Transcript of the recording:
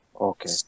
Okay